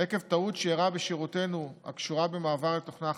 עקב טעות שאירעה בשירותנו הקשורה במעבר לתוכנה חדשה,